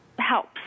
helps